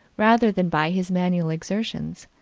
rather than by his manual exertions.